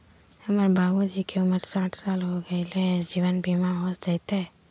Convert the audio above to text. हमर बाबूजी के उमर साठ साल हो गैलई ह, जीवन बीमा हो जैतई?